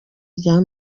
rya